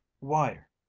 wire